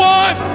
one